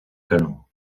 canó